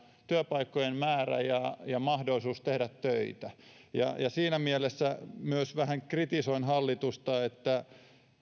työpaikkojen määrä ja ja mahdollisuus tehdä töitä ja siinä mielessä myös vähän kritisoin hallitusta siitä että